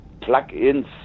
plug-ins